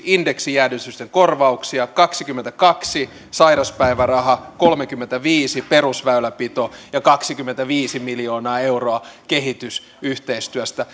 indeksijäädytysten korvauksia kaksikymmentäkaksi sairauspäiväraha kolmekymmentäviisi perusväylänpito ja kaksikymmentäviisi miljoonaa euroa kehitysyhteistyöstä